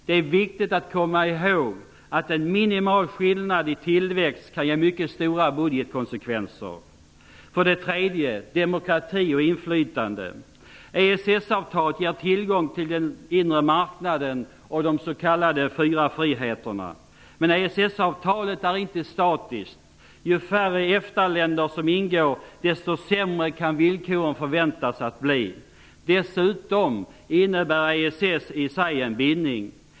Det är viktigt att komma ihåg att en minimal skillnad i tillväxt kan ge mycket stora budgetkonsekvenser. För det tredje - och det gäller demokrati och inflytande: EES-avtalet ger tillgång till den inre marknaden och de s.k. fyra friheterna. Men EES avtalet är inte statiskt. Ju färre EFTA-länder som ingår, desto sämre kan villkoren förväntas bli. Dessutom innebär EES i sig en bindning.